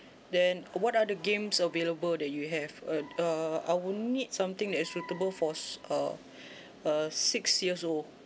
then what are the games available that you have uh err I would need something that is suitable for err uh six years old